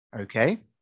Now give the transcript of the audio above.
okay